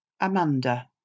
Amanda